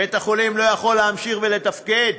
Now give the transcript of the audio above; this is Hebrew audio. בית-החולים לא יכול להמשיך לתפקד.